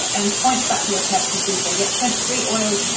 and points back for their purchases. they get sent free oils.